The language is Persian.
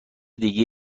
دیگه